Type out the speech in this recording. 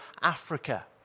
Africa